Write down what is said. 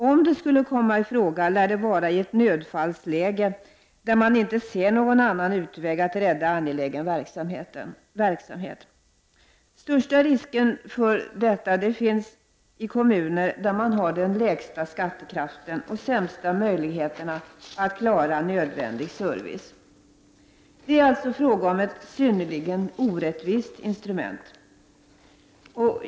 Om det skulle komma i fråga lär det vara i ett nödfallsläge, där man inte ser någon annan utväg att rädda angelägen verksamhet. Största risken för detta finns i de kommuner där man har den lägsta skattekraften och de sämsta möjligheterna att klara nödvändig service. Det är alltså fråga om ett synnerligen orättvist instrument.